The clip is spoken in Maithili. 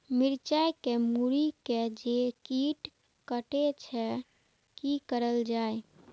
मिरचाय के मुरी के जे कीट कटे छे की करल जाय?